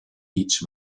each